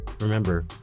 remember